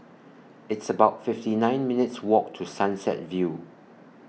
It's about fifty nine minutes' Walk to Sunset View